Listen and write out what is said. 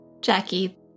Jackie